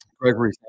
Gregory